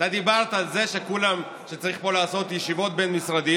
אתה דיברת על זה שצריך פה לעשות ישיבות בין-משרדיות,